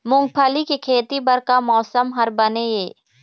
मूंगफली के खेती बर का मौसम हर बने ये?